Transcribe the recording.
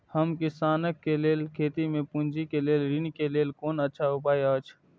हम किसानके लेल खेती में पुंजी के लेल ऋण के लेल कोन अच्छा उपाय अछि?